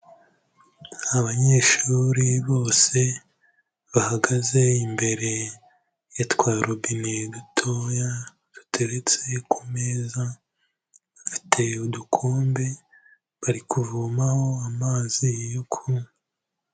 Abanyeshuri bose bahagaze imbere ya twa robine dutoya duteretse ku meza, bafite udukombe, bari kuvomaho amazi yo kunywa.